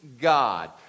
God